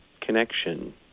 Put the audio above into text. connection